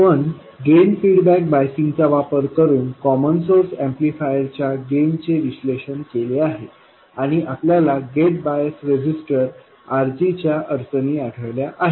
आपण drain feedback बायसिंगचा वापर करून कॉमन सोर्स ऍम्प्लिफायर च्या गेन चे विश्लेषण केले आहे आणि आपल्याला गेट बायस रेसिस्टर RG च्या अडचणी आढळल्या आहेत